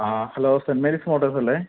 ആ hello Saint Mary's Motors അല്ലേ